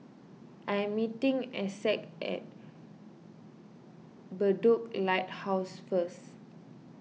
I am meeting Essex at Bedok Lighthouse first